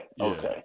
Okay